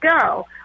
go